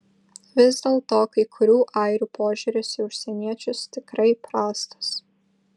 vis dėlto kai kurių airių požiūris į užsieniečius tikrai prastas